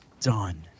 done